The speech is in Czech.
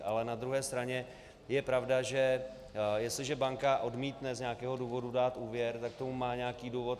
Ale na druhé straně je pravda, že jestliže banka odmítne z nějakého důvodu dát úvěr, tak k tomu má nějaký důvod.